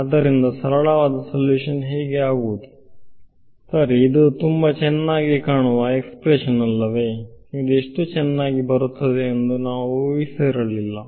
ಆದ್ದರಿಂದ ಸರಳವಾದ ಸಲ್ಯೂಷನ್ ಹೀಗೆ ಆಗುವುದು ಸರಿ ಇದು ತುಂಬಾ ಚೆನ್ನಾಗಿ ಕಾಣುವ ಎಕ್ಸ್ಪ್ರೆಶನ್ ಅಲ್ಲವೇ ಇದು ಇಷ್ಟು ಚೆನ್ನಾಗಿ ಆಗುತ್ತದೆ ಎಂದು ನಾವು ಊಹಿಸಿರಲಿಲ್ಲ